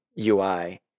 UI